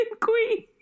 queen